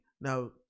now